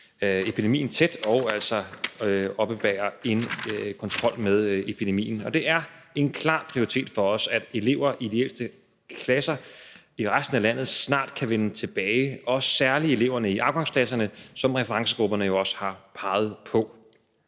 epidemien tæt og altså oppebærer en kontrol med epidemien. Det er en klar prioritet for os, at elever i de ældste klasser i resten af landet snart kan vende tilbage, særlig eleverne i afgangsklasserne, som referencegrupperne jo også har peget på.